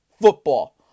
football